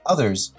Others